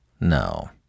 No